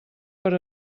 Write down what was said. per